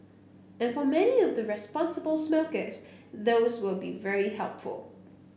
and for many of the responsible smokers those will be very helpful